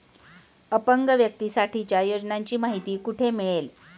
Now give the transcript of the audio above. अपंग व्यक्तीसाठीच्या योजनांची माहिती कुठे मिळेल?